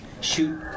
shoot